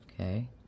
okay